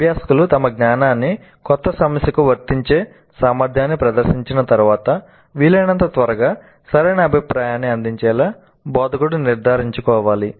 అభ్యాసకులు తమ జ్ఞానాన్ని కొత్త సమస్యకు వర్తించే సామర్థ్యాన్ని ప్రదర్శించిన తర్వాత వీలైనంత త్వరగా సరైన అభిప్రాయాన్ని అందించేలా బోధకుడు నిర్ధారించుకోవాలి